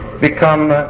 become